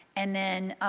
and, then,